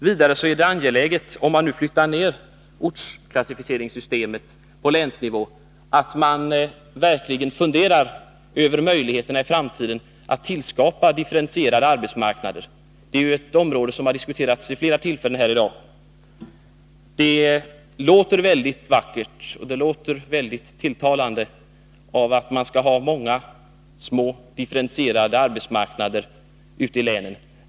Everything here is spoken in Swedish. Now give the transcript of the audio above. Vidare är det, om man nu flyttar ner ortsklassificeringssystemet på länsnivå, angeläget att man verkligen funderar över möjligheterna att i framtiden tillskapa differentierade arbetsmarknader. Det är en fråga som har diskuterats vid flera tillfällen här i dag. Det låter mycket vackert och tilltalande, när man säger att vi skall ha många små, differentierade arbetsmarknader ute i länen.